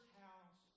house